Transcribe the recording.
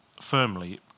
firmly